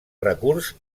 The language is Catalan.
recurs